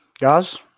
guys